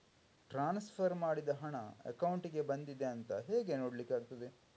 Transfer ಮಾಡಿದ ಹಣ ಅಕೌಂಟಿಗೆ ಬಂದಿದೆ ಅಂತ ಹೇಗೆ ನೋಡ್ಲಿಕ್ಕೆ ಆಗ್ತದೆ?